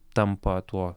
tampa tuo